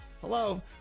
Hello